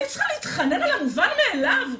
אני צריכה להתחנן על המובן מאליו?